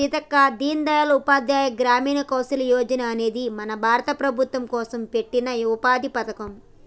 సీతక్క దీన్ దయాల్ ఉపాధ్యాయ గ్రామీణ కౌసల్య యోజన అనేది మన భారత ప్రభుత్వం కోసం పెట్టిన ఉపాధి పథకం